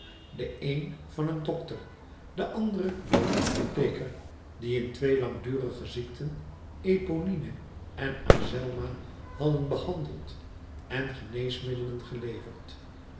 de een van een dokter de andere van een apotheker die in twee langdurige ziekten eponine en azelma hadden behandeld en geneesmiddelen geleverd